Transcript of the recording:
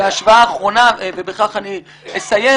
ההשוואה האחרונה, ובכך אני אסיים